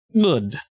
Good